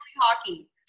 hockey